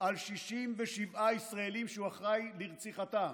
על 67 ישראלים שהוא אחראי לרציחתם,